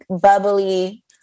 bubbly